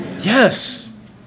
Yes